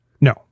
No